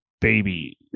baby